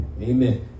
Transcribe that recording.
Amen